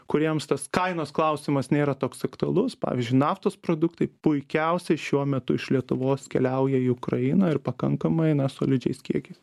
kuriems tas kainos klausimas nėra toks aktualus pavyzdžiui naftos produktai puikiausiai šiuo metu iš lietuvos keliauja į ukrainą ir pakankamai na solidžiais kiekiais